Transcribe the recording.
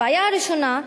הבעיה הראשונה,